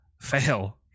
fail